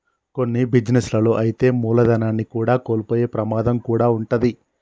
కొన్ని బిజినెస్ లలో అయితే మూలధనాన్ని కూడా కోల్పోయే ప్రమాదం కూడా వుంటది